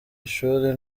ishuri